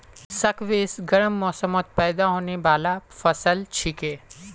squash गर्म मौसमत पैदा होने बाला फसल छिके